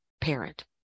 parent